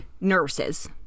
nurses